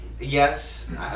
Yes